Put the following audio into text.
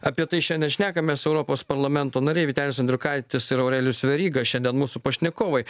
apie tai šiandien šnekamės su europos parlamento nariai vytenis andriukaitis ir aurelijus veryga šiandien mūsų pašnekovai